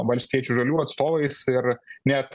valstiečių žalių atstovais ir net